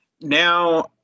Now